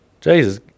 Jesus